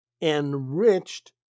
enriched